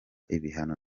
ibihano